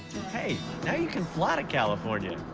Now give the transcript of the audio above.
hey, now you can fly to california.